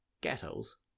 ghettos